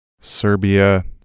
Serbia